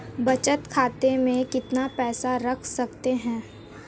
बचत खाते में कितना पैसा रख सकते हैं?